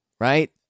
right